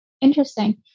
Interesting